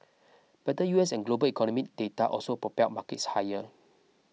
better U S and global economic data also propelled markets higher